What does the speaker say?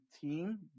team